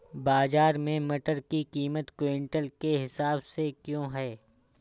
बाजार में मटर की कीमत क्विंटल के हिसाब से क्यो है?